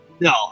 No